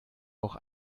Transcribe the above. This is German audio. auch